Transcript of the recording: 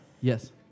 Yes